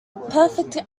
perfect